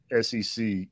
SEC